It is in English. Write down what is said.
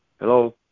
Hello